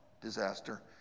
disaster